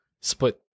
split